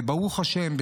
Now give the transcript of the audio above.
וברוך השם,